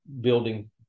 building –